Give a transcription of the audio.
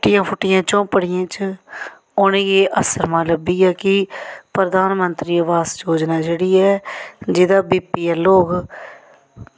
टुटी फुटी झोंपड़ियें च उ'नेंगी असरमां लब्भी गेआ कि प्रधानमंत्री आवास योजना जेह्ड़ी ऐ जेह्दा बीपीएल होग